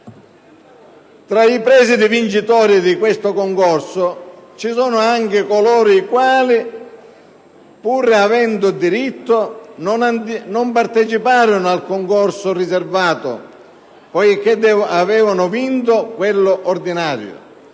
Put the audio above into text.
Tra i presidi vincitori di questo concorso ci sono anche coloro i quali, pur avendo diritto, non parteciparono al concorso riservato poiché avevano vinto quello ordinario.